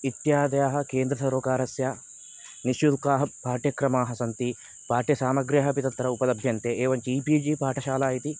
इत्यादयः केन्द्र सर्वकारस्य निःशुल्काः पाठ्यक्रमाः सन्ति पाठ्यसामग्र्यः अपि तत्र उपलभ्यन्ते एवं जी पी जी पाठशाला इति